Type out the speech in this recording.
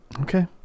Okay